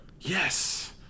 Yes